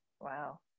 Wow